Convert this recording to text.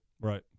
Right